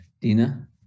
Dina